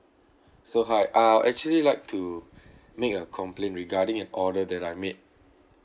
so hi I'll actually like to make a complaint regarding an order that I made